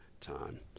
time